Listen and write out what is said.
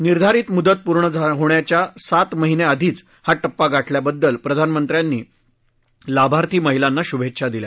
निर्धारित मुदत पूर्ण होण्याच्या सात महिने आधीच हा पिपा गाठल्याबद्दल प्रधानमंत्र्यांनी लाभार्थी महिलांना शुभेच्छा दिल्या